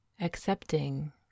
Accepting